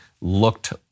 looked